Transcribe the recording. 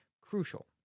crucial